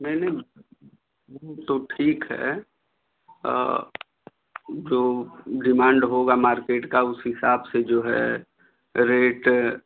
नहीं नहीं ऊ तो ठीक है जो डिमांड होगा मार्केट का उस हिसाब से जो है रेट